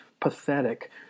pathetic